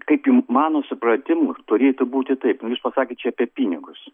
kaip jum mano supratimu turėtų būti taip nu jūs pasakėt čia apie pinigus